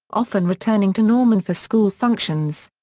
often returning to norman for school functions.